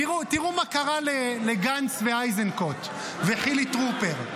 תראו, תראו מה קרה לגנץ ואיזנקוט וחילי טרופר,